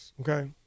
okay